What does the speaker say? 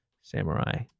samurai